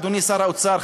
אדוני שר האוצר,